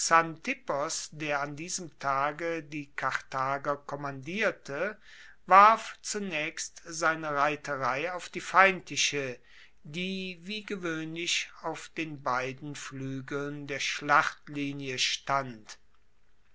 der an diesem tage die karthager kommandierte warf zunaechst seine reiterei auf die feindliche die wie gewoehnlich auf den beiden fluegeln der schlachtlinie stand